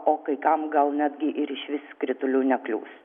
o kai kam gal netgi ir išvis kritulių neklius